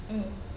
mm